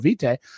Vite